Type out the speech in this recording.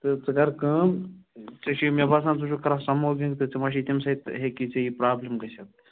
تہٕ ژٕ کَر کٲم ژےٚ چھی مےٚ باسان ژٕ چھُکھ کَران سَموکِنٛگ تہٕ ژےٚ ما چھی تَمہِ سۭتۍ ہیٚکی ژے یہِ پرٛابلِم گٔژھِتھ